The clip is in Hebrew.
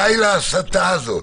די להסתה הזאת,